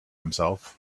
himself